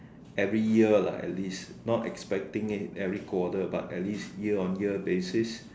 every year lah at least not expecting it every quarter but at least year on year basis